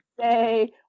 say